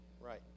Right